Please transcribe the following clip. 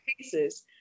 cases